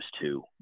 two